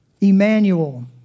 Emmanuel